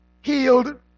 healed